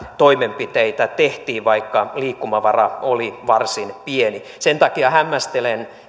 toimenpiteitä tehtiin vaikka liikkumavara oli varsin pieni sen takia hämmästelen